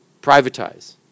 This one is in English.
privatize